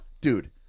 dude